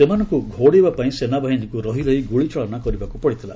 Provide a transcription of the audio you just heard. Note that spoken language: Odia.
ସେମାନଙ୍କୁ ଘଉଡେଇବାପାଇଁ ସେନାବାହିନୀକୁ ରହି ରହି ଗୁଳିଚାଳନା କରିବାକୁ ପଡ଼ିଥିଲା